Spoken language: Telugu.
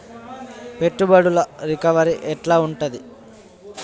పెట్టుబడుల రికవరీ ఎట్ల ఉంటది?